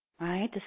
right